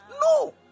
No